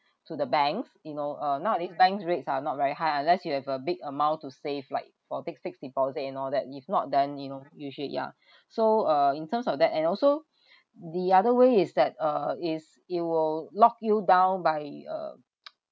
to the banks you know uh nowadays banks rates are not very high unless you have a big amount to save like for fixed fixed deposit and all that if not then you know usually ya so uh in terms of that and also the other way is that uh is it will lock you down by uh